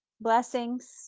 Blessings